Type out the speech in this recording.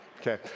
Okay